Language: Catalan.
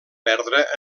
perdre